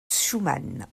schumann